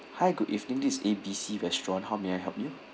hi good evening this is A B C restaurant how may I help you